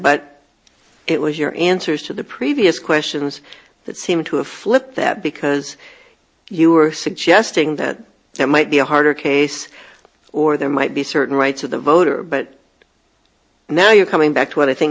but it was your answers to the previous questions that seem to have flipped that because you were suggesting that there might be a harder case or there might be certain rights of the voter but now you're coming back to what i think